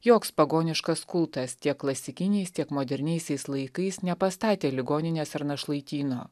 joks pagoniškas kultas tiek klasikiniais tiek moderniaisiais laikais nepastatė ligoninės ar našlaityno